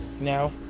Now